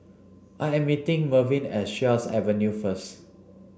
I am meeting Mervin at Sheares Avenue first